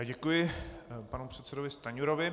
Děkuji panu předsedovi Stanjurovi.